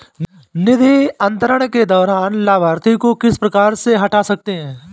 निधि अंतरण के दौरान लाभार्थी को किस प्रकार से हटा सकते हैं?